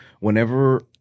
whenever